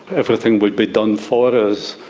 everything would be done for us,